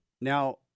Now-